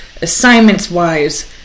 Assignments-wise